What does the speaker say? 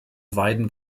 weiden